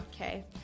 Okay